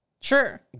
sure